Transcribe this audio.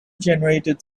generated